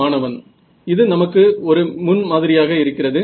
மாணவன் இது நமக்கு ஒரு முன்மாதிரியாக இருக்கிறது